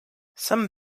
some